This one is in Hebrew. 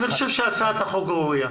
שהצעת החוק ראויה.